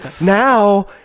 now